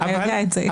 אתה יודע את זה.